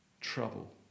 trouble